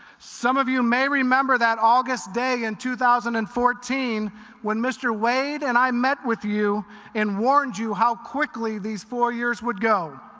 some of you may remember that august day in two thousand and fourteen when mr. wade and i met with you and warned you how quickly these four years would go.